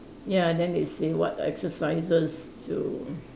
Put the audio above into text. ya then they say what exercises to